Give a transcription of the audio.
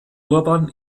urban